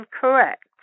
correct